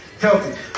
healthy